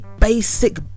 basic